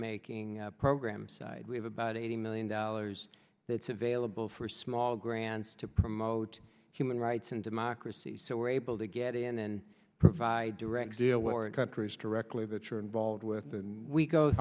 making program side we have about eighty million dollars that's available for small grants to promote human rights and democracy so we're able to get in and provide direct deal with countries directly that you're involved with and we g